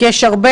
כי יש הרבה.